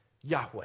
Yahweh